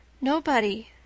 Nobody